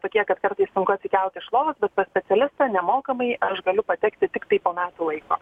tokie kad kartais sunku atsikelt iš lovos pas specialistą nemokamai aš galiu patekti tiktai po metų laiko